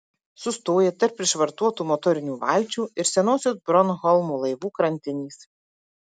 sustoja tarp prišvartuotų motorinių valčių ir senosios bornholmo laivų krantinės